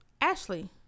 Ashley